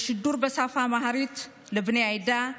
בשידור בשפה האמהרית לבני העדה,